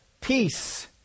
peace